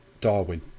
Darwin